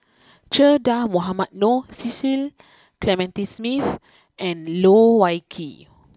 Che Dah Mohamed Noor Cecil Clementi Smith and Loh Wai Kiew